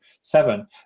seven